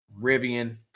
Rivian